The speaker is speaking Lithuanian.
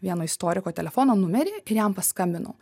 vieno istoriko telefono numerį ir jam paskambinau